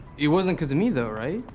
it wasn't cause of me, though, right?